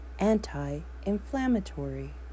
Anti-inflammatory